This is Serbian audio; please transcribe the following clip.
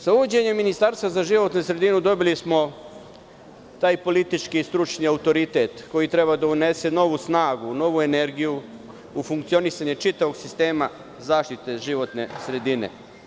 Sa uvođenjem ministarstva za životnu sredinu dobili smo taj politički i stručni autoritet koji treba da unese novu snagu, novu energiju u funkcionisanje čitavog sistema zaštite životne sredine.